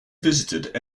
visited